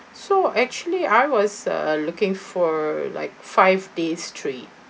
so actually I was uh looking for like five days trip